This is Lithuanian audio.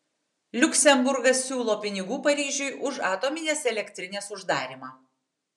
liuksemburgas siūlo pinigų paryžiui už atominės elektrinės uždarymą